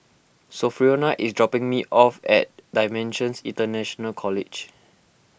Sophronia is dropping me off at Dimensions International College